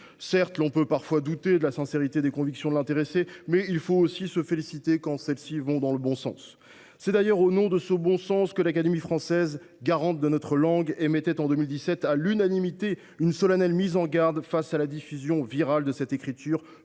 Certes, l’on peut parfois douter de la sincérité des convictions de l’intéressé, mais il faut aussi se féliciter quand celles ci vont dans le bon sens. C’est d’ailleurs au nom de ce bon sens que l’Académie française, garante de notre langue, émettait en 2017, à l’unanimité, une solennelle mise en garde face à la diffusion virale de cette écriture